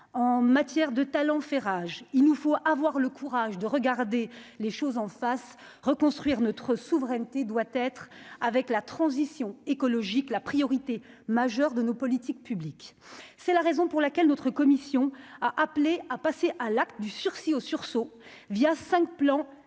en matière de talent fait rage, il nous faut avoir le courage de regarder les choses en face, reconstruire notre souveraineté doit être avec la transition écologique, la priorité majeure de nos politiques publiques, c'est la raison pour laquelle notre commission a appelé à passer à l'acte du sursis au sursaut via 5 plan stratégique